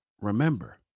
Remember